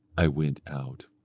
i went out.